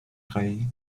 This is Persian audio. خوایی